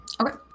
Okay